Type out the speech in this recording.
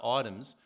items